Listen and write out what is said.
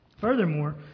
Furthermore